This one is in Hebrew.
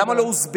למה לא אוזבקי?